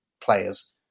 players